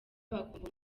bakumva